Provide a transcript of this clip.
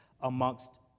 amongst